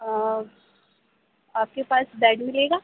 او آپ کے پاس بیڈ ملے گا